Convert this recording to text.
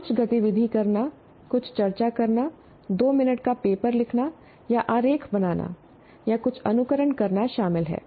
कुछ गतिविधि करना कुछ चर्चा करना 2 मिनट का पेपर लिखना या आरेख बनाना या कुछ अनुकरण करना शामिल है